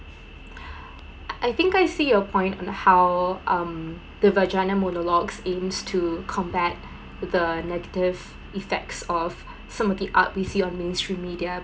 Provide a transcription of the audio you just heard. I I think I see your point on how um the vagina monologues aims to combat the negative effects of some of the art we see on mainstream media